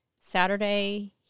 Saturday